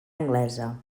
anglesa